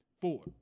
Four